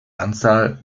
anzahl